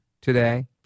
today